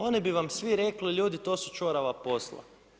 Oni bi vam svi rekli, ljudi to su čorava posla.